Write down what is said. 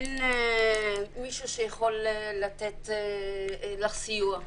אין מישהו שיכול לתת לך סיוע.